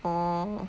orh